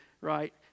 right